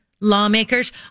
lawmakers